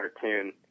cartoon